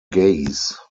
gaze